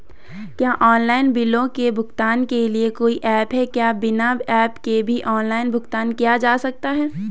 क्या ऑनलाइन बिलों के भुगतान के लिए कोई ऐप है क्या बिना ऐप के भी ऑनलाइन भुगतान किया जा सकता है?